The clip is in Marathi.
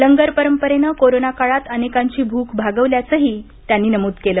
लंगर परंपरेनं कोरोना काळात अनेकांची भूक भागवल्याचंही त्यांनी नमूद केलं